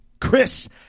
chris